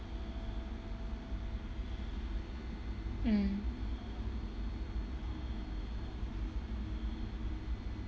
mm